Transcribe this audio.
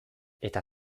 eta